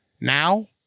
Now